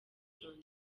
jones